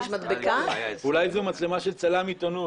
אנחנו נשמע בינתיים את חבר הכנסת איימן עודה שביקש רשות דיבור,